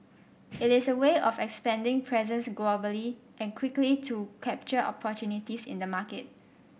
it is a way of expanding presence globally and quickly to capture opportunities in the market